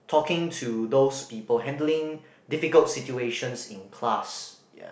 talking to those people handling difficult situations in class ya